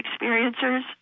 experiencers